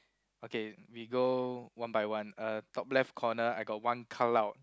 okay we go one by one uh top left corner I got one cloud